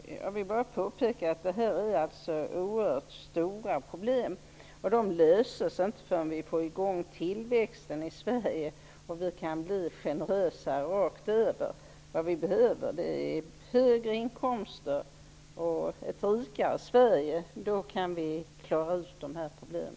Jag vill påpeka att detta är oerhört stora problem. De löses inte förrän vi får i gång tillväxten i Sverige och kan bli generösare rakt över. Det vi behöver är högre inkomster och ett rikare Sverige. Då kan vi klara av dessa problem.